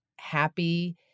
happy